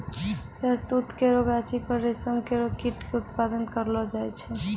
शहतूत केरो गाछी पर रेशम केरो कीट क उत्पादन करलो जाय छै